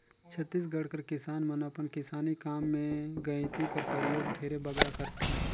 छत्तीसगढ़ कर किसान मन अपन किसानी काम मे गइती कर परियोग ढेरे बगरा करथे